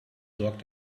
sorgt